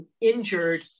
injured